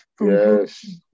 Yes